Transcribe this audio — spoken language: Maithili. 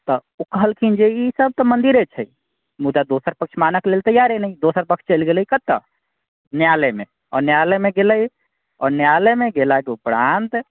तऽ ओ कहलखिन जे ई सभ तऽ मन्दिरे छै मुदा दोसर पक्ष मानऽके लेल तैयारे नहि दोसर पक्ष चलि गेलै कतऽ न्यायालयमे आ न्यायालयमे गेलै आओर न्यायालयमे गेलाके उपरान्त